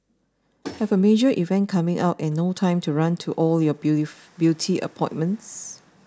have a major event coming up and no time to run to all your beauty appointments